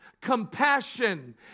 compassion